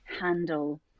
handle